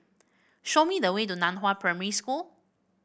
show me the way to Nan Hua Primary School